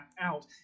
out